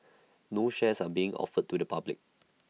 no shares are being offered to the public